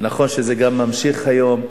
נכון שזה גם נמשך היום,